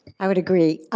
i would agree.